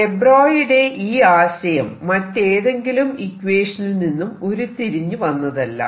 ദെ ബ്രോയിയുടെ ഈ ആശയം മറ്റേതെങ്കിലും ഇക്വേഷനിൽ നിന്നും ഉരുത്തിരിഞ്ഞു വന്നതല്ല